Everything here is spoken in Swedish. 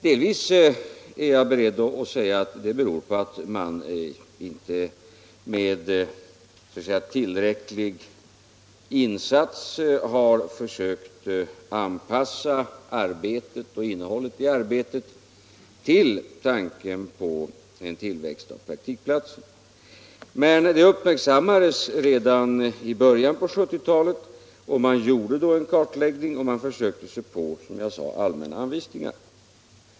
Jag är beredd att säga att det delvis beror på att man inte med tillräcklig insats har försökt anpassa arbetet och innehållet i arbetet till tanken på en tillväxt av antalet praktikplatser. Men det uppmärksammades redan i början av 1970-talet, och man gjorde då en kartläggning och försökte, som jag sade, ge allmänna anvisningar.